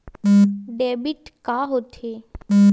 Debit का होथे?